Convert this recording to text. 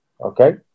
Okay